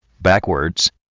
Backwards